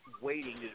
waiting